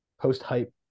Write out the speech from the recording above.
post-hype